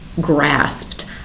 grasped